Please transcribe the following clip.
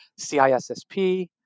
CISSP